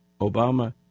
Obama